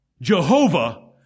Jehovah